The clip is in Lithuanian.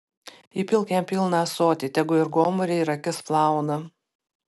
įpilk jam pilną ąsotį tegu ir gomurį ir akis plauna